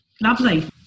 Lovely